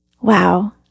Wow